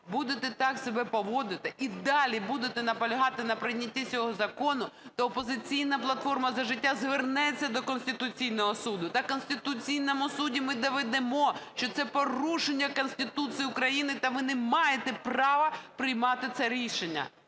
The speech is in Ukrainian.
будете так себе поводити і далі будете наполягати на прийнятті цього закону, то "Опозиційна платформа – За життя" звернеться до Конституційного Суду та в Конституційному Суді ми доведемо, що це порушення Конституції України та ви не маєте права приймати це рішення.